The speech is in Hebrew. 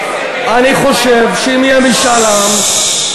אני חושב שאם יהיה משאל עם, ששש.